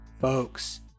folks